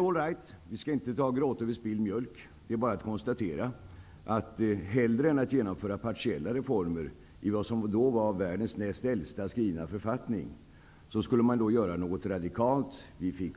All right, vi skall inte gråta över spilld mjölk. Det är bara att konstatera att hellre än att genomföra partiella reformer i fråga om vad som då var världens näst äldsta skrivna författning skulle man göra något radikalt.